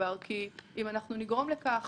אם נגרום לכך